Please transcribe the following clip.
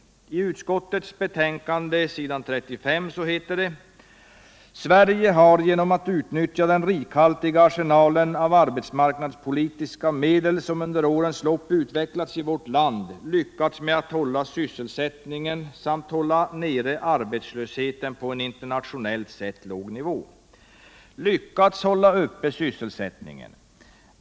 I utskottets betänkande heter det: ”Sverige har genom att utnyttja den rikhaltiga arsenal av arbetsmarknadspolitiska medel som under åren utvecklats i vårt land hittills lyckats med att hålla uppe sysselsättningen samt hålla nere arbetslösheten på en internationellt sett låg nivå.” ”Lyckats hålla uppe sysselsättningen”!